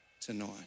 tonight